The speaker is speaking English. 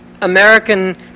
American